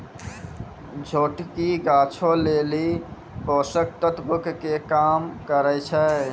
जोटकी गाछो लेली पोषक तत्वो के काम करै छै